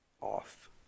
off